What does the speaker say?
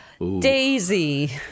daisy